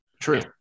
True